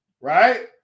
right